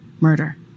murder